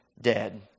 dead